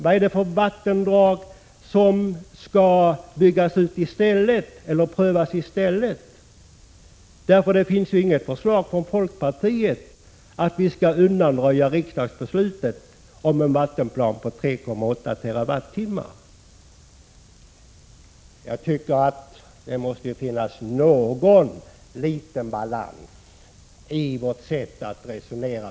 Vad är det för vattendrag som skall prövas i stället? Det finns ju inget förslag från folkpartiet att vi skall undanröja riksdagsbeslutet om en vattenplan på 3,8 TWh. Jag tycker att det måste finnas någon liten balans i vårt sätt att resonera.